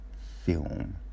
Film